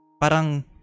parang